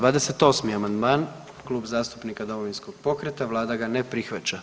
28. amandman Klub zastupnika Domovinskog pokreta, Vlada ga ne prihvaća.